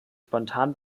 spontan